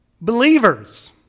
Believers